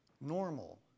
normal